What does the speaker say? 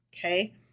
Okay